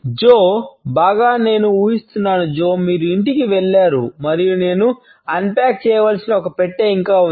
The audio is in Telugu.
జో చేయవలసిన ఒక పెట్టె ఇంకా ఉంది